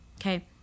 Okay